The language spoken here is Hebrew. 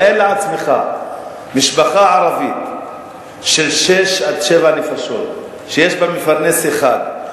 תאר לעצמך משפחה ערבית של שש-שבע נפשות שיש בה מפרנס אחד,